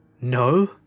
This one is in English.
No